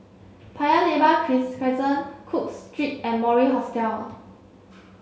Paya Lebar Crescent Cook Street and Mori Hostel